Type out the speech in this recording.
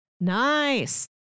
nice